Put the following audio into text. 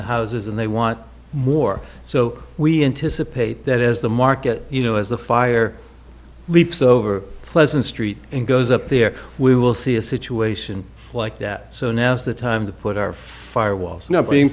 the houses and they want more so we anticipate that as the market you know as the fire leaps over pleasant street and goes up there we will see a situation like that so now's the time to put our fire was not being